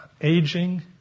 aging